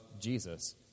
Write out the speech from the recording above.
Jesus